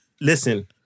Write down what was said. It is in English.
Listen